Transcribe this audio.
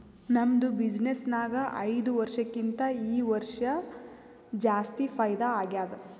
ನಮ್ದು ಬಿಸಿನ್ನೆಸ್ ನಾಗ್ ಐಯ್ದ ವರ್ಷಕ್ಕಿಂತಾ ಈ ವರ್ಷ ಜಾಸ್ತಿ ಫೈದಾ ಆಗ್ಯಾದ್